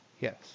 yes